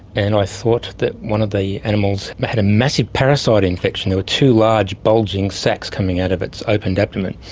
and i thought that one of the animals had a massive parasite infection. there were two large bulging sacs coming out of its opened abdomen.